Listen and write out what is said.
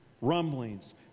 rumblings